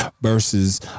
Versus